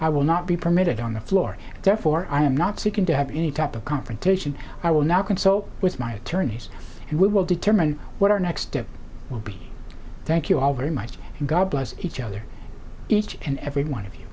i will not be permitted on the floor and therefore i am not seeking to have any type of confrontation i will not consult with my attorneys and we will determine what our next step will be thank you all very much and god bless each other each and every one of you